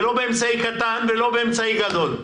ולא באמצעי תקשורת קטן ולא באמצעי תקשורת גדול.